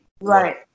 Right